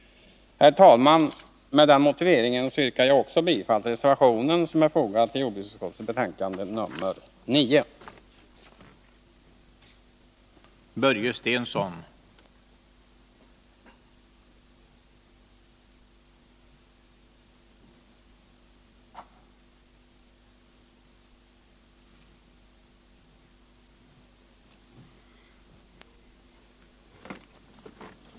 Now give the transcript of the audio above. Herr talman! Med den motiveringen yrkar jag också bifall till den reservation som är fogad vid jordbruksutskottets betänkande nr 9.